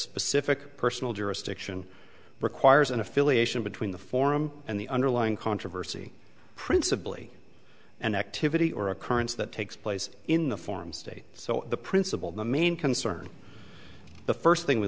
specific personal jurisdiction requires an affiliation between the form and the underlying controversy principly and activity or occurrence that takes place in the form state so the principle the main concern the first thing we